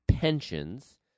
pensions